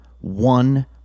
one